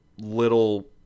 little